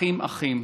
אחים, אחים